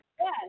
Yes